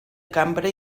cambra